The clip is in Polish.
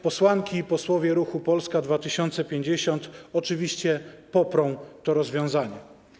Posłanki i posłowie ruchu Polska 2050 oczywiście poprą to rozwiązanie.